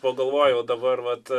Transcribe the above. pagalvojau dabar vat